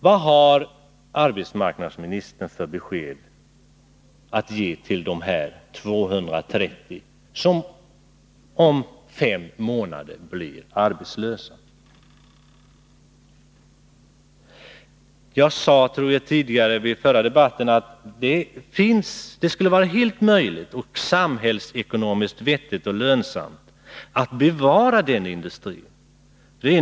Vad har arbetsmarknadsministern för besked att ge till de 230 personer som om fem månader blir arbetslösa? Jag tror att jag i den förra debatten sade att det skulle vara fullt möjligt och dessutom samhällsekonomiskt vettigt och lönsamt att bevara denna industri.